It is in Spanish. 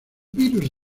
virus